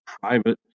private